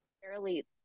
Fairly